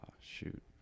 shoot